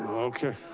okay,